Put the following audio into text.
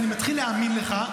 ואני מתחיל להאמין לך,